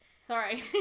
Sorry